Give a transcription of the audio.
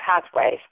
pathways